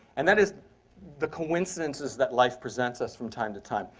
and that is the coincidences that life presents us from time to time.